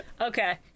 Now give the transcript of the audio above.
Okay